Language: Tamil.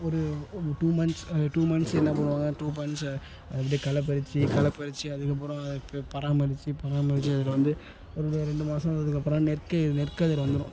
ஒரு ஒரு டூ மந்த்ஸ் டூ மந்த்ஸ் என்ன பண்ணுவாங்க டூ மந்த்ஸ் அது அப்படியே களை பறித்து களை பறித்து அதுக்கப்புறம் அது ப பராமரித்து பராமரித்து அதில் வந்து ஒரு ரெண்டு மாதம் அதுக்கப்புறம் நெற்க நெற்கதிர் வந்துடும்